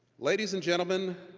ladies and gentlemen,